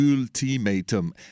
ultimatum